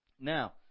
Now